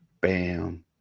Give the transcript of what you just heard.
bam